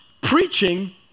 Preaching